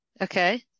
Okay